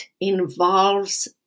involves